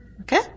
Okay